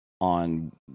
on